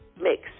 mix